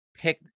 Pick